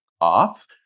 off